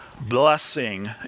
blessing